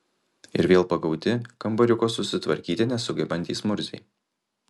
ir vėl pagauti kambariuko susitvarkyti nesugebantys murziai